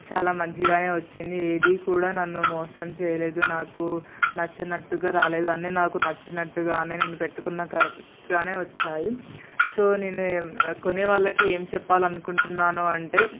చాలా మంచిగానే వచ్చింది ఏది కూడా నన్ను మోసం చేయలేదు నాకు నచ్చనట్టుగా రాలేదు అన్నీ నాకు నచ్చినట్టుగానే నేను పెట్టుకున్న కరెక్ట్గానే వచ్చాయి సో నేను కొనేవాళ్ళకి ఏం చెప్పాలనుకుంటున్నాను అంటే